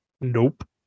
Nope